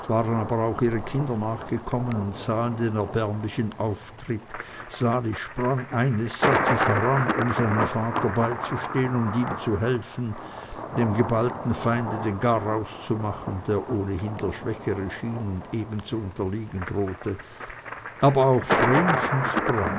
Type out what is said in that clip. waren aber auch ihre kinder nachgekommen und sahen den erbärmlichen auftritt sali sprang eines satzes heran um seinem vater beizustehen und ihm zu helfen dem gehaßten feinde den garaus zu machen der ohnehin der schwächere schien und eben zu unterliegen drohte aber auch vrenchen sprang